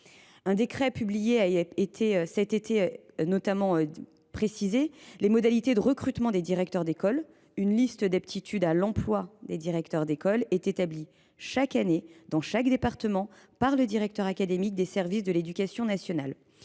Un décret publié cet été précise les modalités de recrutement des directeurs d’école : une liste d’aptitude à l’emploi de directeur d’école est établie chaque année dans chaque département par le directeur académique des services de l’éducation nationale.